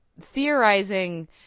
theorizing